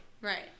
right